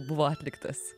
buvo atliktas